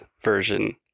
version